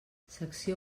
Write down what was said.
secció